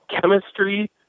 chemistry